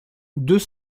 deux